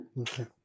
Okay